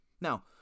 Now